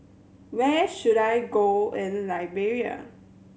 where should I go in Liberia